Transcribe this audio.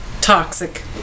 toxic